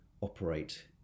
operate